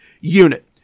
unit